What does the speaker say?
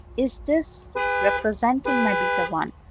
is this representing my beta one?